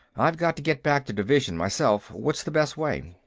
i've got to get back to division, myself what's the best way?